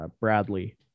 Bradley